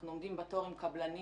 אנחנו עומדים בתור עם קבלנים